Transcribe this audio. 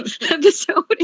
episode